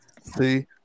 see